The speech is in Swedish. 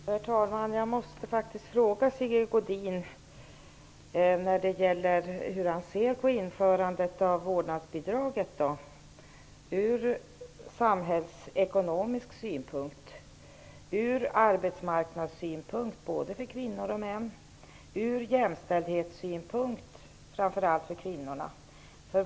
Herr talman! Jag måste faktiskt fråga Sigge Godin om hur han ser på införandet av vårdnadsbidraget från samhällsekonomisk synpunkt, från arbetsmarknadssynpunkt, både när det gäller kvinnor och när det gäller män, och från jämställdhetssynpunkt, framför allt för kvinnorna.